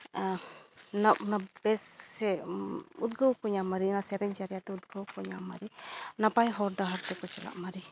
ᱟᱨ ᱚᱱᱟ ᱚᱱᱟ ᱵᱮᱥ ᱥᱮ ᱩᱫᱽᱜᱟᱹᱣ ᱠᱚ ᱧᱟᱢ ᱢᱟᱨᱮ ᱚᱱᱟ ᱥᱮᱨᱮᱧ ᱡᱟᱨᱭᱟ ᱛᱮ ᱩᱫᱽᱜᱟᱹᱣ ᱠᱚ ᱧᱟᱢ ᱢᱟᱨᱮ ᱱᱟᱯᱟᱭ ᱦᱚᱨ ᱰᱟᱦᱟᱨ ᱛᱮᱠᱚ ᱪᱟᱞᱟᱜ ᱢᱟᱨᱮ